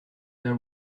there